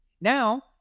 Now